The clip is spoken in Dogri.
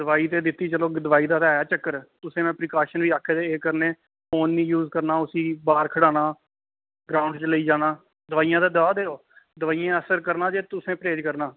दवाई ते दित्ती चलो दवाई ते ऐ चक्कर तुसें में प्रीकाशन बी आखे दे एह् करने फोन नी यूज करना उसी बाह्र खढाना ग्राउंड च लेई जाना दवाइयां ते देआ दे ओ दवाइयें असर करना जे तुसें परहेज करना